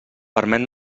permet